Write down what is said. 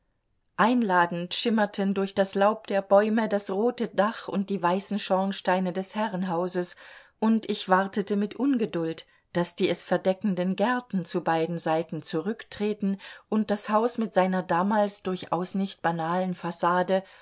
einladend schimmerten durch das laub der bäume das rote dach und die weißen schornsteine des herrenhauses und ich wartete mit ungeduld daß die es verdeckenden gärten zu beiden seiten zurücktreten und das haus mit seiner damals durchaus nicht banalen fassade